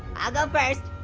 i'll go first.